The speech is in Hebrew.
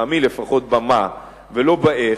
מטעמי לפחות, ב"מה", ולא ב"איך",